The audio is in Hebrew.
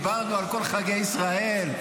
דיברנו על כל חגי ישראל,